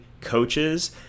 coaches